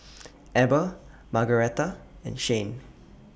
Eber Margaretta and Shayne